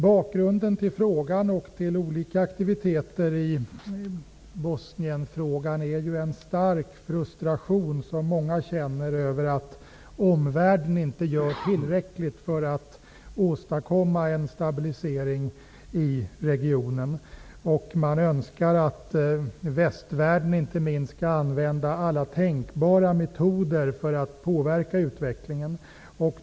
Bakgrunden till min fråga och till olika aktiviteter när det gäller Bosnien är att många människor känner en stark frustration över att omvärlden inte gör tillräckligt för att åstadkomma en stabilisering i regionen. Man önskar att inte minst västvärlden skall använda alla tänkbara metoder för att påverka utvecklingen.